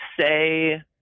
say